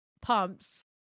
pumps